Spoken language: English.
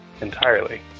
entirely